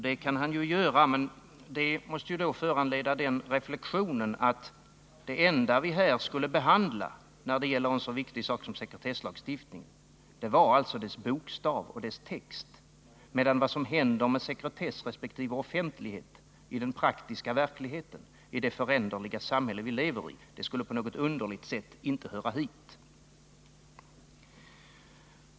Det kan han göra, men det måste föranleda reflexionen att det enda vi i så fall skulle behandla i en så viktig fråga som sekretesslagstiftningen vore dess bokstav, medan det som händer med sekretess resp. offentlighet i den praktiska verkligheten i det föränderliga samhälle som vi lever i på något underligt sätt inte skulle höra hit.